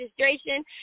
registration